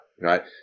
Right